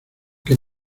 que